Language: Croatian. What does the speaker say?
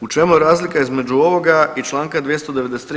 U čemu je razlika između ovoga i članka 293.